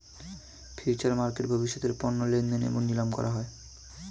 future মার্কেটে ভবিষ্যতের পণ্য লেনদেন এবং নিলাম করা হয়